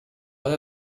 but